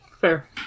Fair